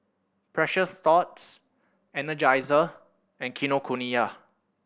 Precious Thots Energizer and Kinokuniya